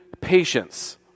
patience